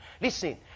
listen